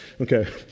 Okay